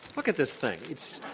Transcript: look at this thing.